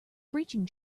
breaching